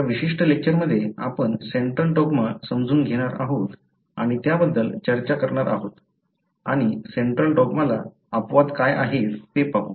या विशिष्ट लेक्चरमध्ये आपण सेंट्रल डॉग्मा समजून घेणार आहोत आणि त्या बद्दल चर्चा करणार आहोत आणि सेंट्रल डॉग्माला अपवाद काय आहेत ते पाहू